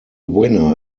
winner